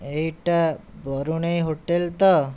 ଏଇଟା ବରୁଣେଇ ହୋଟେଲ୍ ତ